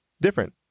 different